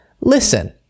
listen